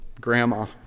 grandma